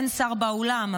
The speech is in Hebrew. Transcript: אין שר באולם,